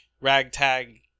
ragtag